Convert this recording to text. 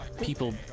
people